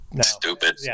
stupid